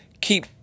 keep